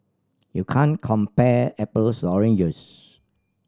you can't compare apples oranges